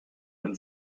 and